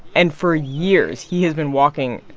and for years, he has been walking,